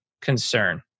concern